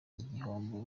igihombo